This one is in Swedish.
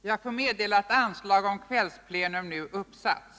Jag får meddela att anslag om kvällsplenum nu har uppsatts.